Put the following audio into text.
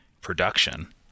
production